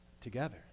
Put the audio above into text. together